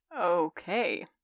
Okay